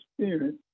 Spirit